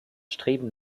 streben